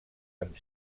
amb